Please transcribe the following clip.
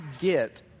get